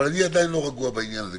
אבל אני עדיין לא רגוע בעניין הזה.